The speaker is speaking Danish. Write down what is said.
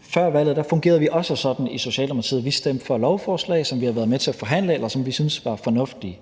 Før valget fungerede vi også sådan i Socialdemokratiet, at vi stemte for lovforslag, som vi havde været med til at forhandle, eller som vi syntes var fornuftige.